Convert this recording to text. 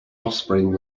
offspring